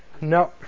No